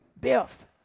Biff